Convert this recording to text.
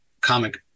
comic